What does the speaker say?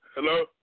Hello